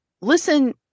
listen